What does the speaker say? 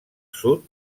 sud